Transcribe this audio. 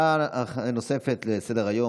נעבור להצעה נוספת לסדר-היום,